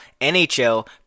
NHL